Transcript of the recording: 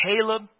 Caleb